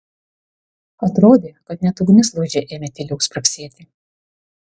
atrodė kad net ugnis lauže ėmė tyliau spragsėti